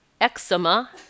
eczema